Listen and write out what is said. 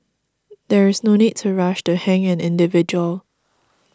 there is no need to rush to hang an individual